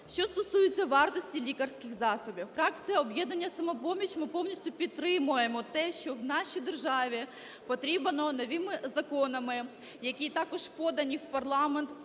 Що стосується вартості лікарських засобів, фракція "Об'єднання "Самопоміч", ми повністю підтримуємо те, що в нашій державі потрібно новими законами, які також подані в парламент,